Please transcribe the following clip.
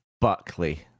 Buckley